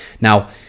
Now